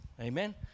Amen